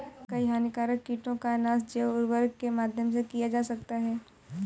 कई हानिकारक कीटों का नाश जैव उर्वरक के माध्यम से किया जा सकता है